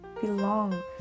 belong